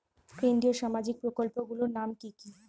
কেন্দ্রীয় সামাজিক প্রকল্পগুলি নাম কি কি?